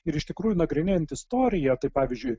ir iš tikrųjų nagrinėjant istoriją tai pavyzdžiui